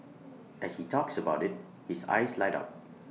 as he talks about IT his eyes light up